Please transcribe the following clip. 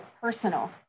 personal